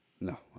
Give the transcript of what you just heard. no